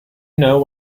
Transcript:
know